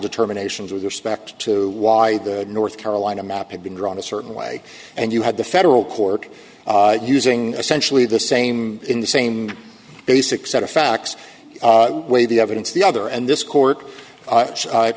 determination with respect to why the north carolina map had been drawn a certain way and you had the federal court using essentially the same in the same basic set of facts way the evidence the other and this court